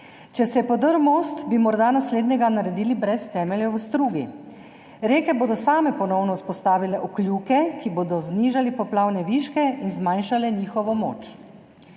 se je podrl most, bi morda naslednjega naredili brez temeljev v strugi. Reke bodo same ponovno vzpostavile okljuke, ki bodo znižali poplavne viške in zmanjšali njihovo moč.